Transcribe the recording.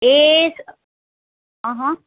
એ અહં